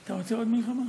אתה רוצה עוד מלחמה?